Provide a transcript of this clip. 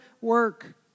work